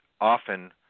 often